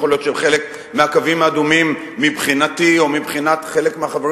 יכול להיות שחלק מהקווים האדומים מבחינתי או מבחינת חלק מהחברים